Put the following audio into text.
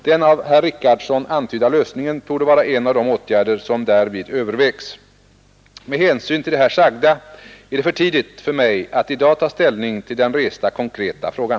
Den av herr Richardson antydda lösningen torde vara en av de åtgärder som därvid övervägs. förena tjänst vid universitet med Med hänsyn till det här sagda är det för tidigt för mig att i dag ta ställning till den resta konkreta frågan.